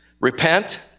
Repent